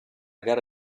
gara